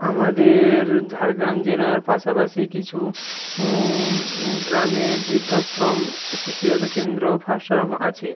আমাদের ঝাড়গ্রাম জেলার পাশাপাশি কিছু গ্রামে বৃদ্ধাশ্রম শিশু যত্ন কেন্দ্র ফস্টার হোম আছে